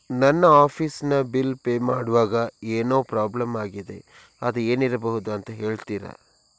ನನ್ನ ಆಫೀಸ್ ನ bill pay ಮಾಡ್ವಾಗ ಏನೋ ಪ್ರಾಬ್ಲಮ್ ಆಗಿದೆ ಅದು ಏನಿರಬಹುದು ಅಂತ ಹೇಳ್ತೀರಾ?